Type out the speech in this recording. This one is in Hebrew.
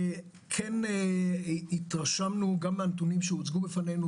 כן התרשמנו גם מהנתונים שהוצגו בפנינו